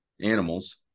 animals